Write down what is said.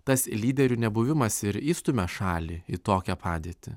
tas lyderių nebuvimas ir įstumia šalį į tokią padėtį